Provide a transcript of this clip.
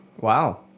Wow